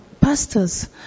pastors